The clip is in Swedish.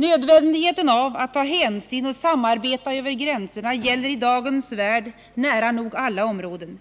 Nödvändigheten av att ta hänsyn och samarbeta över gränserna gäller i dagens värld nära nog alla områden.